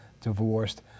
divorced